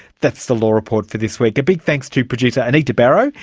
that's the law report for this week. a big thanks to producer anita barraud,